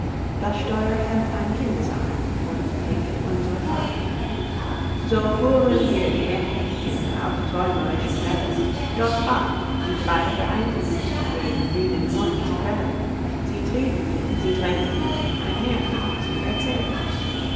das steuer hält ein kindesarm und lenket unsre fahrt so fuhren wir gemächlich hin auf träumerischen wellen doch ach die drei vereinten sich den müden freund zu quälen sie trieben ihn sie drängten ihn ein mährchen zu erzählen